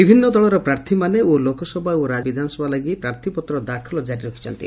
ବିଭିନ୍ ଦଳର ପ୍ରାର୍ଥୀମାନେ ବିଧାନସଭା ଲାଗି ପ୍ରାର୍ଥ୍ପତ୍ର ଦାଖଲ ଜାରି ରଖିଛନ୍ତି